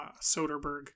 Soderbergh